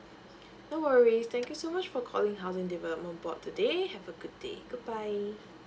no worries thank you so much for calling housing development board today have a good day goodbye